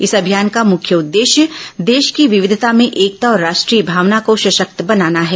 इस अभियान का मुख्य उद्देश्य देश की विविधता में एकता और राष्ट्रीय भावना को सशक्त बनाना है